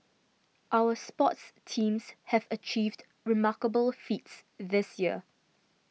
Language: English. our sports teams have achieved remarkable feats this year